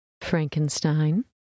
Frankenstein